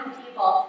people